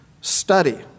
study